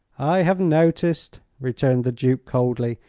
i have noticed, returned the duke, coldly,